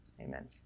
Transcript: amen